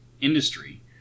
industry